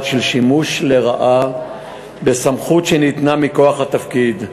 של שימוש לרעה בסמכות שניתנה מכוח התפקיד,